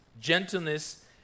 gentleness